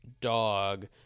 dog